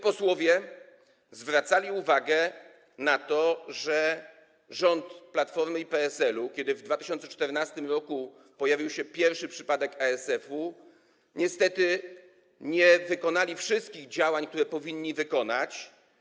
Posłowie zwracali uwagę na to, że rząd Platformy i PSL-u, kiedy w 2014 r. pojawił się pierwszy przypadek ASF-u, niestety nie wykonał wszystkich działań, które powinien wykonać.